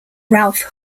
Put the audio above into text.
ralph